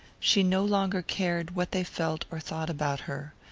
she no longer cared what they felt or thought about her.